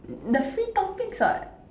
the free topics what